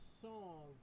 song